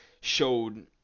showed